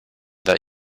that